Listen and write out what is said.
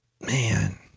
Man